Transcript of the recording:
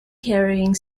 carrying